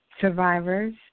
survivors